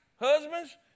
husbands